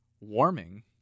warming